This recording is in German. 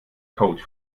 code